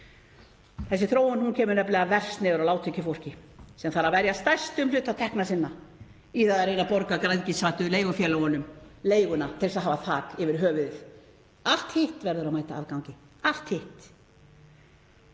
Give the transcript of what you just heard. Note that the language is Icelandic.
Þessi þróun kemur nefnilega verst niður á lágtekjufólki sem þarf að verja stærstum hluta tekna sinna í að reyna að borga græðgisvæddu leigufélögunum leiguna til að hafa þak yfir höfuðið. Allt hitt verður að mæta afgangi, allt hitt.